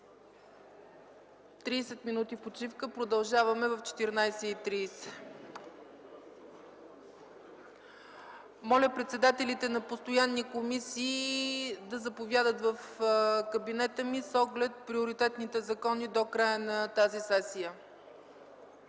и след нея да продължим с изказванията. Моля председателите на постоянни комисии да заповядат в кабинета ми с оглед приоритетните закони до края на тази сесия.